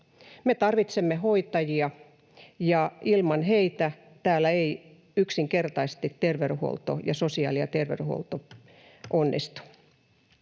Me tarvitsemme hoitajia. Ilman heitä täällä ei yksinkertaisesti sosiaali- ja terveydenhuolto onnistu.